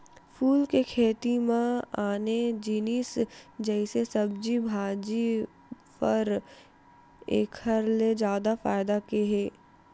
फूल के खेती म आने जिनिस जइसे सब्जी भाजी, फर एखर ले जादा फायदा के हे